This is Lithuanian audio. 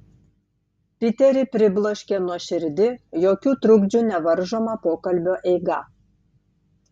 piterį pribloškė nuoširdi jokių trukdžių nevaržoma pokalbio eiga